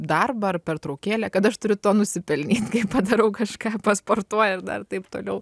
darbą ar pertraukėlę kad aš turiu to nusipelnyt kai padarau kažką pasportuoju ir dar taip toliau